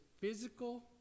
physical